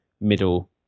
middle